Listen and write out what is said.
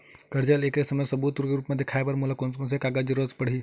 कर्जा ले के समय सबूत के रूप मा देखाय बर मोला कोन कोन से कागज के जरुरत पड़ही?